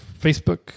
facebook